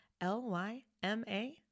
L-Y-M-A